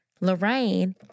Lorraine